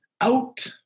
out